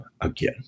again